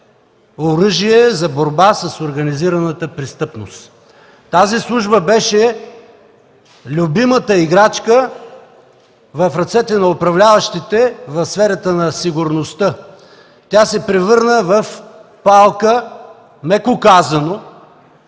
оръжие за борба с организираната престъпност. Тази служба беше любимата играчка в ръцете на управляващите в сферата на сигурността. Тя се превърна в палка, меко казано,